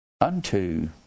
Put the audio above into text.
unto